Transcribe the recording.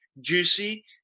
juicy